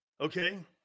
Okay